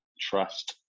trust